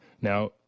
Now